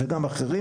וגם אחרים